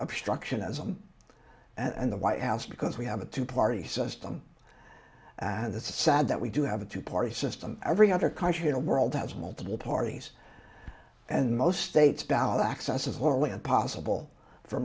obstructionism and the white house because we have a two party system and the sad that we do have a two party system every other country in the world has multiple parties and most states ballot access is horribly impossible for